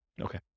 Okay